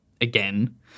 again